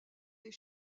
des